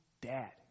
dad